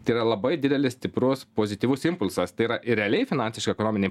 tai yra labai didelis stiprus pozityvus impulsas tai yra ir realiai finansiškai ekonominei